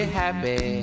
happy